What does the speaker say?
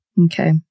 Okay